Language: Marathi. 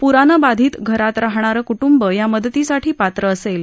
पुरानं बाधित घरात राहणारं कुटुंब या मदतीसाठी पात्र असेल